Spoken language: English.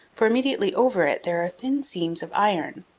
for immediately over it there are thin seams of iron,